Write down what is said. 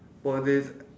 four days